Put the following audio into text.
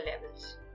levels